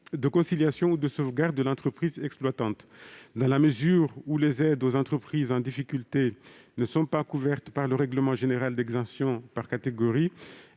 de conciliation ou de sauvegarde de l'entreprise exploitante. Dans la mesure où les aides aux entreprises en difficulté ne sont pas couvertes par le règlement général d'exemption par catégorie,